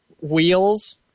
wheels